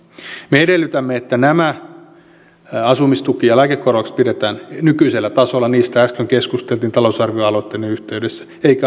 me edellytämme että asumistuki ja lääkekorvaukset pidetään nykyisellä tasolla niistä äsken keskustelimme talousarvioaloitteiden yhteydessä eikä asiakasmaksuja koroteta